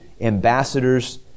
Ambassadors